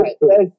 right